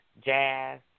jazz